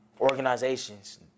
organizations